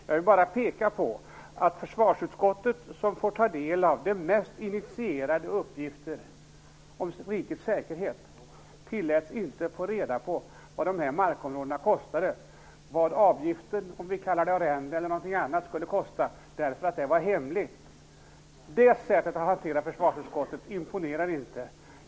Jag vill bara peka på att försvarsutskottet, som får ta del av de mest initierade uppgifter om rikets säkerhet, inte tillläts få reda på vad de här markområden kostade och på vad avgifter, om vi kallar det arrende eller något annat, skulle kosta. Det var hemligt. Det sättet att hantera försvarsutskottet imponerar inte.